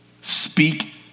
Speak